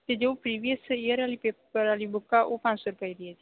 ਅਤੇ ਜੋ previous year ਵਾਲੀ ਪੇਪਰ ਵਾਲੀ ਬੁੱਕ ਆ ਉਹ ਪੰਜ ਸੌ ਰੁਪਏ ਦੀ ਹੈ ਜੀ